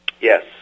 Yes